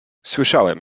słyszałem